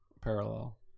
parallel